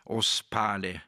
o spali